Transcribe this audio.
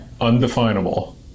Undefinable